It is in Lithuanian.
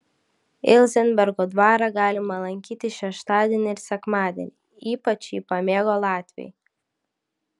ilzenbergo dvarą galima lankyti šeštadienį ir sekmadienį ypač jį pamėgo latviai